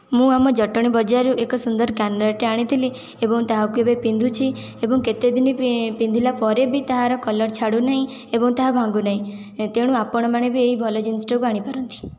ମୁଁ ଆମ ଜଟଣୀ ବଜାରରୁ ଏକ ସୁନ୍ଦର କାନରଟେ ଆଣିଥିଲି ଏବଂ ତାହାକୁ ଏବେ ପିନ୍ଧୁଛି ଏବଂ କେତେ ଦିନି ପିନ୍ଧିଲା ପରେ ବି ତାହାର କଲର୍ ଛାଡ଼ୁନାହିଁ ଏବଂ ତାହା ଭାଙ୍ଗୁନାହିଁ ତେଣୁ ଆପଣ ବି ଏହି ଭଲ ଜିନିଷଟାକୁ ଆଣିପାରନ୍ତି